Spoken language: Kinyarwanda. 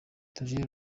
theogene